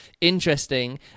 interesting